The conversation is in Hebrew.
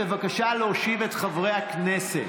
בבקשה להושיב את חברי הכנסת.